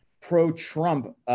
pro-Trump